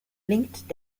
blinkt